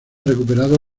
recuperado